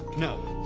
no,